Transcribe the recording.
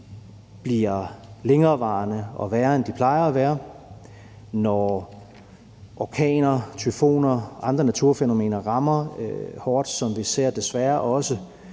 bliver længerevarende og værre, end de plejer at være, når orkaner, tyfoner og andre naturfænomener rammer hårdt, som vi desværre også